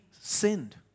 sinned